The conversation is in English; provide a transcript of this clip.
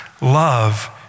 love